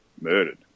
murdered